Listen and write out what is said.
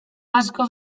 asko